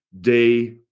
day